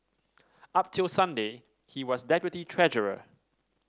up till Sunday he was deputy treasurer